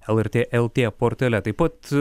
lrt lt portale taip pat